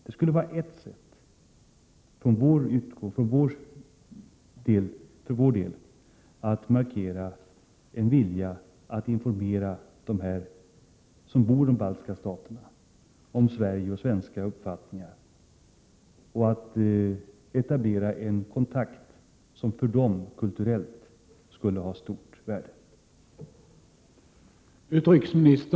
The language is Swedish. Det skulle vara ett sätt att för vår del markera en vilja att informera dem som bor i de baltiska staterna om Sverige och svenska uppfattningar och etablera en kontakt som för dem kulturellt skulle ha stort värde.